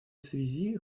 связи